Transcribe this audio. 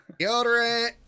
Deodorant